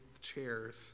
chairs